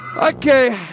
Okay